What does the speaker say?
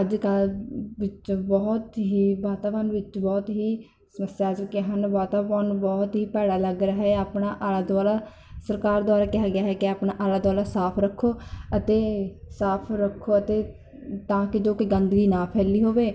ਅੱਜ ਕੱਲ੍ਹ ਵਿੱਚ ਬਹੁਤ ਹੀ ਵਾਤਾਵਰਣ ਵਿੱਚ ਬਹੁਤ ਹੀ ਸਮੱਸਿਆ ਆ ਚੁੱਕੀਆ ਹਨ ਵਾਤਾਵਰਣ ਬਹੁਤ ਹੀ ਭੈੜਾ ਲੱਗ ਰਿਹਾ ਆਪਣਾ ਆਲਾ ਦੁਆਲਾ ਸਰਕਾਰ ਦੁਆਰਾ ਕਿਹਾ ਗਿਆ ਹੈ ਕਿ ਆਪਣਾ ਆਲਾ ਦੁਆਲਾ ਸਾਫ਼ ਰੱਖੋ ਅਤੇ ਸਾਫ਼ ਰੱਖੋ ਅਤੇ ਤਾਂ ਕਿ ਜੋ ਕਿ ਗੰਦਗੀ ਨਾ ਫੈਲੀ ਹੋਵੇ